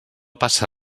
passa